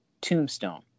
Tombstone